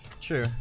True